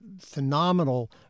phenomenal